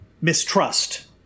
mistrust